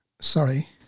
Sorry